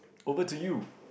over to you